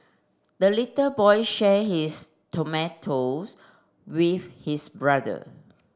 the little boy share his tomatoes with his brother